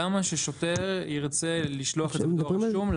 למה ששוטר ירצה לשלוח את זה בדואר רשום?